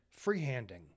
freehanding